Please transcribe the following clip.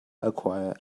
acquire